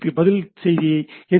B பதில் செய்தியை H